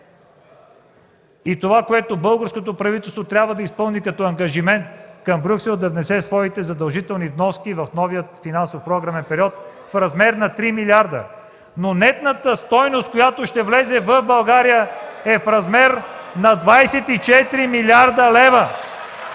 и това, което българското правителство трябва да изпълни като ангажимент към Брюксел – да внесе своите задължителни вноски в новия финансов програмен период в размер на 3 милиарда... (Възгласи и реплики в КБ.) Но нетната стойност, която ще влезе в България, е в размер на 24 млрд. лв.